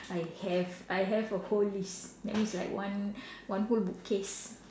I have I have a whole list that means like one one whole book case